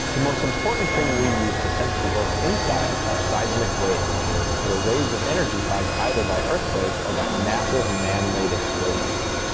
the most important thing we use to sense the earth's insides are seismic waves that are waves of energy caused either by earthquakes or by massive man made explosions.